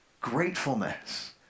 gratefulness